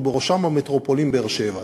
ובראשן מטרופולין באר-שבע.